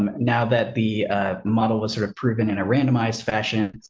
um now that the model was sort of proven in a randomized fashion.